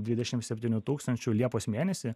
dvidešim septynių tūkstančių liepos mėnesį